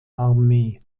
armee